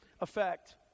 effect